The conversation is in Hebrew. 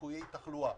סיכויי תחלואה.